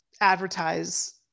advertise